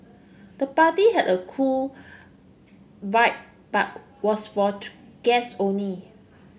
the party had a cool vibe but was for guests only